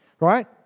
right